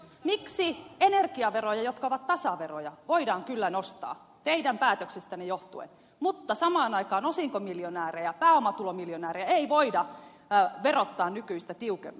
miksi energiaveroja jotka ovat tasaveroja voidaan kyllä nostaa teidän päätöksestänne johtuen mutta samaan aikaan osinkomiljonäärejä pääomatulomiljonäärejä ei voida verottaa nykyistä tiukemmin